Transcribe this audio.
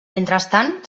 mentrestant